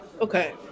okay